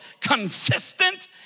consistent